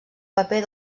paper